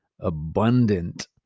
abundant